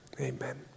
Amen